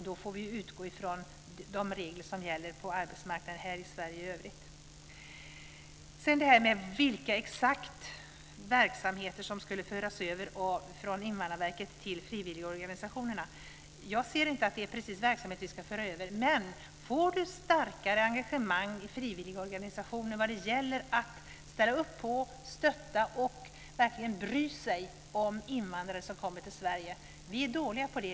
Då får vi utgå från de regler som gäller på arbetsmarknaden här i Exakt vilka verksamheter som ska föras över från Invandrarverket till frivilligorganisationerna kan jag inte säga. Jag ser inte att det precis är verksamheter vi ska föra över. Men starkare engagemang i frivilligorganisationer när det gäller att ställa upp på, stötta och verkligen bry sig om invandrare som kommer till Sverige är bra.